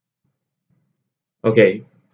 okay